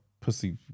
pussy